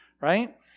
right